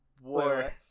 war